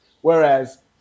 Whereas